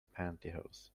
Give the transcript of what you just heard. pantyhose